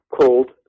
called